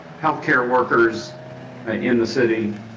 healthcare workers in the city.